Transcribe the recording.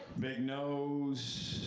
big nose,